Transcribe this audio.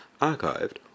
archived